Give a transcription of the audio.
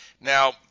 Now